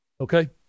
Okay